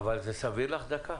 אבל זה סביר בעינייך דקה?